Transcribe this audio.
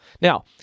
Now